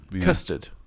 Custard